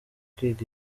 kwiga